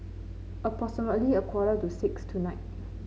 approximately a quarter to six tonight